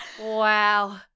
Wow